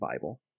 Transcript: Bible